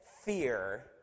fear